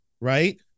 Right